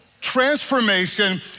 transformation